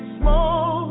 small